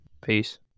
Peace